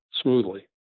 smoothly